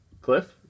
Cliff